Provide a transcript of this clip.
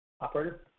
Operator